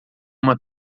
uma